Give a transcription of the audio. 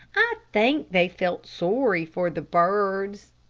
i think they felt sorry for the birds.